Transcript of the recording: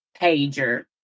pager